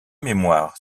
mémoire